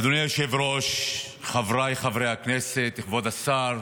אדוני היושב-ראש, חבריי חברי הכנסת, כבוד השר,